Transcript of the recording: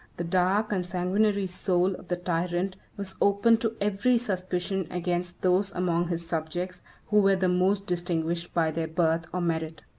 the dark and sanguinary soul of the tyrant was open to every suspicion against those among his subjects who were the most distinguished by their birth or merit.